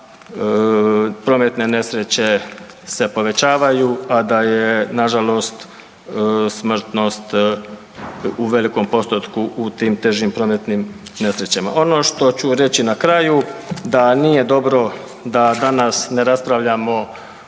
da prometne nesreće se povećavaju, a da je nažalost smrtnost u velikom postotku u tim težim prometnim nesrećama. Ono što ću reći na kraju da nije dobro da danas ne raspravljamo